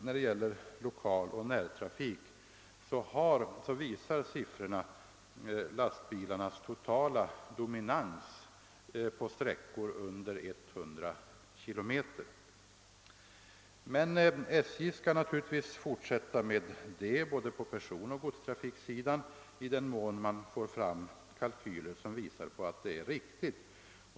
När det gäller lokaloch närtrafik visar siffrorna lastbilarnas totala dominans på sträckor under 100 km. Men SJ skall naturligtvis fortsätta med sin verksamhet på både personoch godstrafiksidan i den mån man får fram kalkyler som visar att detta är riktigt.